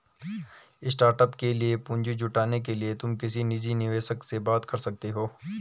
startup के लिए पूंजी जुटाने के लिए तुम किसी निजी निवेशक से बात कर सकते हो